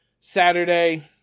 Saturday